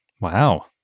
Wow